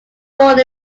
born